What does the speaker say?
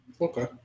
Okay